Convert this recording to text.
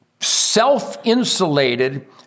self-insulated